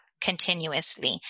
continuously